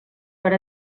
per